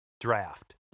draft